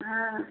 हाँ